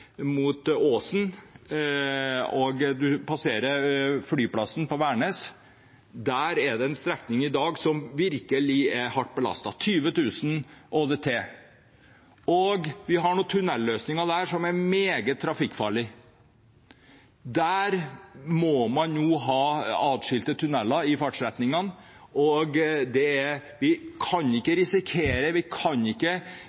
og man passerer flyplassen på Værnes. Der er det en strekning som i dag er virkelig hardt belastet, med en ÅDT på 20 000, og vi har noen tunnelløsninger der som er meget trafikkfarlige. Der må man nå ha atskilte tunneler i fartsretningene. Vi kan ikke risikere noe – vi må være åpne for at det kan